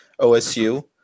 OSU